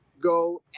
go